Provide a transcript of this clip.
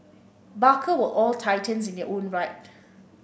barker were all titans in their own right